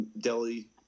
Delhi